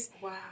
Wow